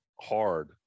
hard